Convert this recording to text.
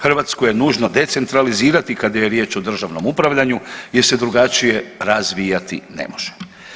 Hrvatsku je nužno decentralizirati kada je riječ o državnom upravljanju jer se drugačije razvijati ne može.